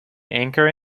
anchor